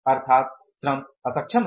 अर्थात श्रम अक्षम है